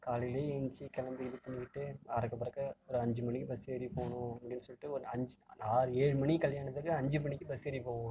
காலையிலேயே ஏழுந்ச்சி கிளம்பி இது பண்ணிட்டு அரக்க பறக்க ஒரு அஞ்சு மணிக்கு பஸ் ஏறி போகணும் அப்படினு சொல்லிட்டு ஒரு அஞ்சு ஆறு ஏழு மணி கல்யாணத்துக்கு அஞ்சு மணிக்கு பஸ் ஏறி போவோம்